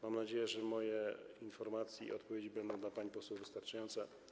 Mam nadzieję, że moje informacje i odpowiedzi będą dla pani poseł wystarczające.